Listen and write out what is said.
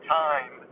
time